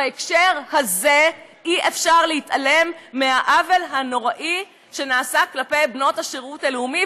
בהקשר הזה אי-אפשר להתעלם מהעוול הנורא שנעשה לבנות השירות הלאומי,